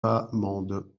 amandes